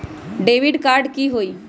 Debit card की होई?